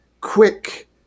quick